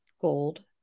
gold